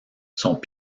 sont